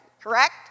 Correct